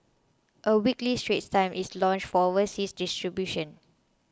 a weekly Straits Times is launched for overseas distribution